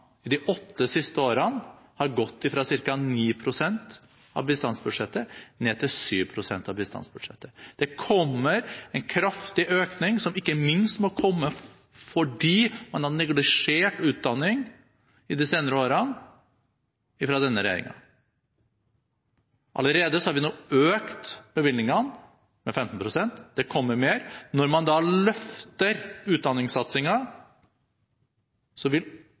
siste åtte årene har gått fra ca. 9 pst. ned til 7 pst. av bistandsbudsjettet. Det kommer en kraftig økning, som ikke minst må komme fordi man fra regjeringens side har neglisjert utdanning de senere årene. Allerede nå har vi økt bevilgningene med 15 pst. Det kommer mer. Når man da løfter utdanningssatsingen, vil